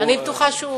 אני בטוחה שהוא